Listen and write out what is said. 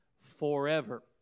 forever